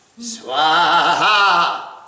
Swaha